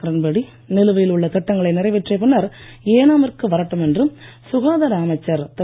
கிரண் பேடி நிலுவையில் உள்ள திட்டங்களை நிறைவேற்றிய பின்னர் ஏனா மிற்கு வரட்டும் சுகாதார அமைச்சர் திரு